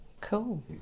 Cool